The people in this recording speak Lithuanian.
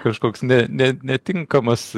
kažkoks ne ne netinkamas